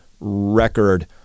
record